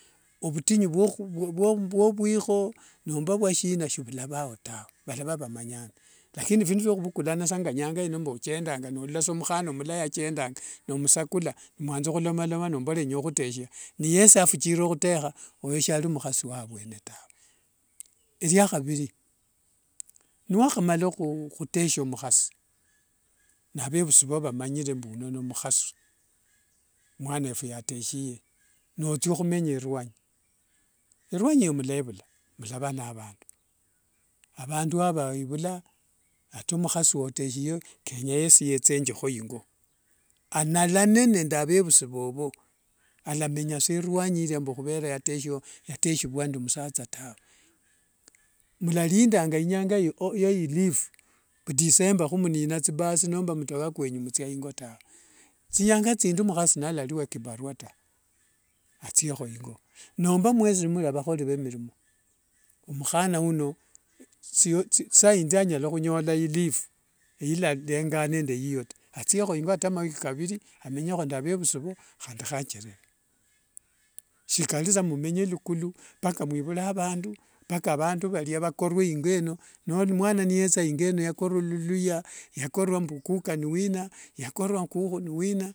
Ovutinyu nomba vwashina shivwalavao tawe valava vamanyane lakini phindu fya khuvukulanasa mbu enyangaino mbochendanga nolola mukhana mlai achendanga nomusukuna n mwanza khulomaloma nomuvorera mbu nyaukhuteshia, nuyesi afuthira okhutekha, oyo shali mukhasi wa vwene taa eliakhaviri niwakhala niwakhamala khuteshia mukhasi navevusi vo vamanyire mbu uno n mukhasi omwana wefu yateshiye, nothia khumenya ruanyi eruanyi eyo mulevula vana avandu. Avandu vowivula, ata mukhasi woteshiye kenya yesi yethengekho ingo. Analane nende vevusi vovo, alamenyasa ruanyi eliya mbu yateshivua nende musatha tawe. Mulalindanga inyanga ya ilifu mbu december hii munina thibasi nomba mtoka kwenyu mbu muthia ingo tawe. Thinyanga thindi mukhasi nalali wa thibarua tawe, athiekho ingo nomba a mwesi nimuli avakholi ve milimobmukhana uno saa indi anyala khunyola ilifu yalalengana neyiyo taa, athiekho ingo kata mawiki kaviri amenyekho nende vevusi voo handi khacherere. Shikari mbu mumenye lukuli mpaka mwivule avandu mpaka vandu varia vakorue ingo eno. Mwana niyetha ingo eno yakorua luluhya yakorua mbu kuka niwina yakorua kukhu niwina.